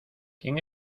quién